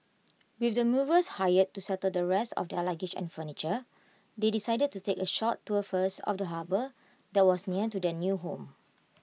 with the movers hired to settle the rest of their luggage and furniture they decided to take A short tour first of the harbour that was near to their new home